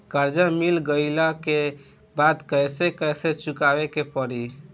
कर्जा मिल गईला के बाद कैसे कैसे चुकावे के पड़ी?